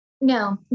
No